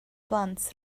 blant